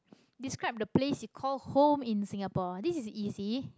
describe the place you call home in singapore this is easy